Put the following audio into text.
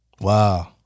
Wow